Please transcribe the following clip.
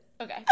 Okay